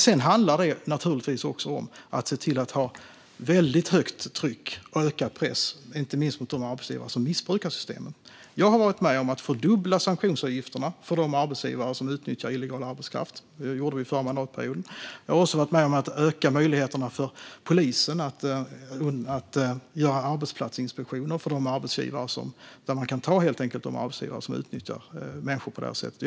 Det handlar naturligtvis också om att se till att ha väldigt högt tryck och ökad press på arbetsgivarna, inte minst på dem som missbrukar systemen. Jag har varit med om att fördubbla sanktionsavgifterna för de arbetsgivare som utnyttjar illegal arbetskraft. Det gjorde vi förra mandatperioden. Jag har också varit med om att öka möjligheterna för polisen att göra arbetsplatsinspektioner där de kan ta de arbetsgivare som utnyttjar människor på det här sättet.